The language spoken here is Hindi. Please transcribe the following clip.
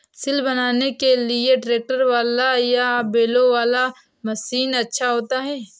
सिल बनाने के लिए ट्रैक्टर वाला या बैलों वाला मशीन अच्छा होता है?